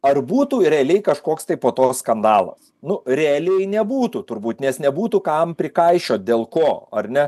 ar būtų realiai kažkoks tai po to skandalas nu realiai nebūtų turbūt nes nebūtų kam prikaišiot dėl ko ar ne